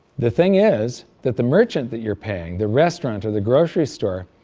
the thing is, that the merchant that you're paying, the restaurant or the grocery store,